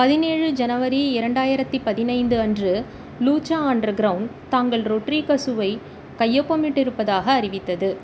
பதினேழு ஜனவரி இரண்டாயிரத்து பதினைந்து அன்று லூச்சா அண்டர் க்ரௌண்ட் தாங்கள் ரொட்ரீகசுவை கையொப்பமிட்டிருப்பதாக அறிவித்தது